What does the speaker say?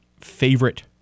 favorite